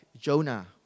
Jonah